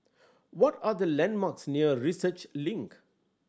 what are the landmarks near Research Link